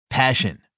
Passion